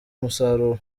umusaruro